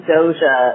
Doja